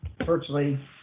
virtually